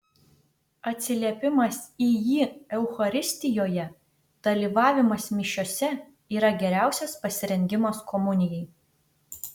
atsiliepimas į jį eucharistijoje dalyvavimas mišiose yra geriausias pasirengimas komunijai